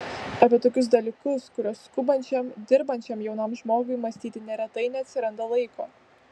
apie tokius dalykus kuriuos skubančiam dirbančiam jaunam žmogui mąstyti neretai neatsiranda laiko